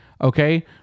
okay